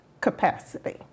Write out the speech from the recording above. capacity